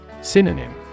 Synonym